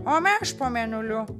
o mes po mėnuliu